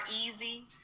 easy